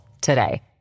today